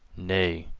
nay,